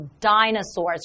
dinosaurs